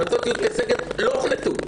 המלצות ועדת יודקה שגב לא הוחלטו,